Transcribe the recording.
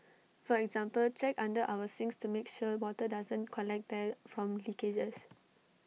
for example check under our sinks to make sure water doesn't collect there from leakages